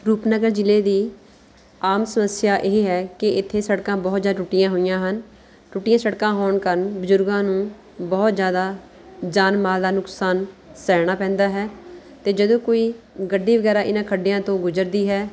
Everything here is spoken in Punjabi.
ਰੂਪਨਗਰ ਜ਼ਿਲ੍ਹੇ ਦੀ ਆਮ ਸਮੱਸਿਆ ਇਹ ਹੈ ਕਿ ਇੱਥੇ ਸੜਕਾਂ ਬਹੁਤ ਜ਼ਿਆਦਾ ਟੁੱਟੀਆਂ ਹੋਈਆਂ ਹਨ ਟੁੱਟੀਆਂ ਸੜਕਾਂ ਹੋਣ ਕਾਰਨ ਬਜ਼ੁਰਗਾਂ ਨੂੰ ਬਹੁਤ ਜ਼ਿਆਦਾ ਜਾਨ ਮਾਲ ਦਾ ਨੁਕਸਾਨ ਸਹਿਣਾ ਪੈਂਦਾ ਹੈ ਅਤੇ ਜਦੋਂ ਕੋਈ ਗੱਡੀ ਵਗੈਰਾ ਇਨ੍ਹਾਂ ਖੱਡਿਆਂ ਤੋਂ ਗੁਜ਼ਰਦੀ ਹੈ